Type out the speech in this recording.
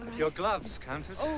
your gloves countess.